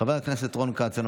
חבר הכנסת צבי ידידיה סוכות,